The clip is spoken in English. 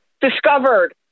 discovered